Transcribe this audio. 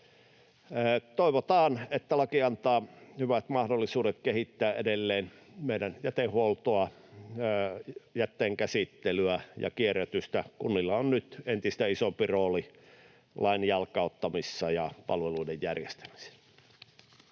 Toivotaan, että laki antaa hyvät mahdollisuudet kehittää edelleen meidän jätehuoltoa, jätteenkäsittelyä ja kierrätystä. Kunnilla on nyt entistä isompi rooli lain jalkauttamisessa ja palveluiden järjestämisessä.